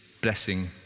blessing